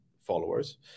followers